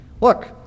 Look